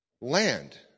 land